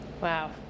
Wow